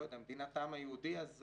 לא יודע, מדינת העם היהודי, אז